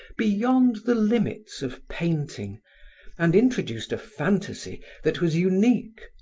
beyond the limits of painting and introduced a fantasy that was unique,